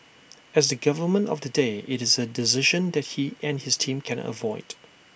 as the government of the day IT is A decision that he and his team cannot avoid